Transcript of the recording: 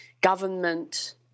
government